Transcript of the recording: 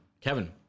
Kevin